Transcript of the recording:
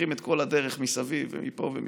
הולכים את כל הדרך מסביב, מפה ומשם.